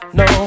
no